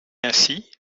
ainsi